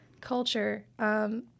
Culture